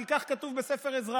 כי כך כתוב בספר עזרא: